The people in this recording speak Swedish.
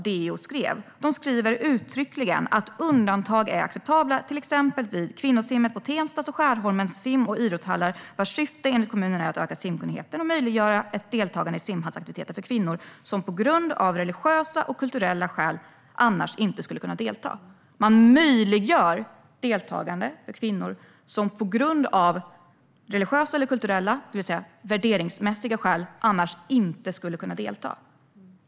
Där framgår uttryckligen att undantag är acceptabla till exempel vid kvinnosimmet på Tenstas och Skärholmens sim och idrottshallar, vars syfte enligt kommunen är att öka simkunnigheten och möjliggöra ett deltagande i simhallsaktiviteter för kvinnor som av religiösa och kulturella skäl annars inte skulle kunna delta. Man möjliggör deltagande för kvinnor som av religiösa eller kulturella skäl, det vill säga värderingsmässiga skäl, annars inte skulle kunna delta.